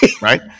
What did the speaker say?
right